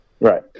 Right